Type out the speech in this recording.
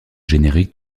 générique